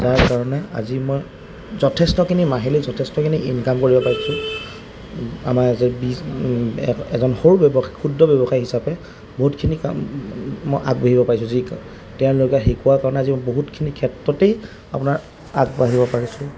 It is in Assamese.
যাৰ কাৰণে আজি মই যথেষ্টখিনি মাহিলী যথেষ্টখিনি ইনকাম কৰিব পাৰিছোঁ আমাৰ এজন সৰু ব্যৱসায় ক্ষুদ্ৰ ব্যৱসায়ী হিচাপে বহুতখিনি কাম মই আগবাঢ়িব পাৰিছোঁ যি তেওঁলোকে শিকোৱাৰ কাৰণে আজি বহুতখিনি ক্ষেত্ৰতেই আপোনাৰ আগবাঢ়িব পাৰিছোঁ